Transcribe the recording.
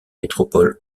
métropole